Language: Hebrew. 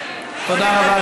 תודה רבה.